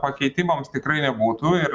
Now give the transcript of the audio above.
pakeitimams tikrai nebūtų ir